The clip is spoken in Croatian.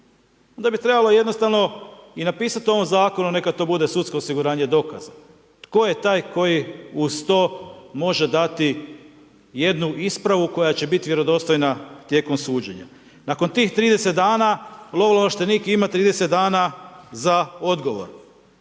Onda bi trebalo jednostavno i napisati u ovom zakonu neka to bude sudsko osiguranje dokaza. Tko je taj tko uz to može dati jednu ispravu koja će biti vjerodostojna tijekom suđenja. Nakon tih 30 dana Mi smo ovdje potrošili